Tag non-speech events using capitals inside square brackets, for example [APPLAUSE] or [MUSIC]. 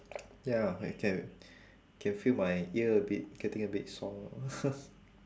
ya I can can feel my ear a bit getting a bit sore [LAUGHS]